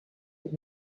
but